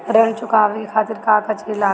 ऋण चुकावे के खातिर का का चिज लागेला?